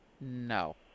No